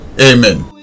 Amen